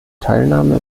teilnahme